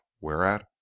whereat